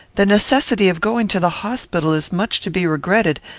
the necessity of going to the hospital is much to be regretted,